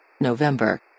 November